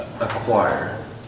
acquire